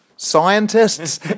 scientists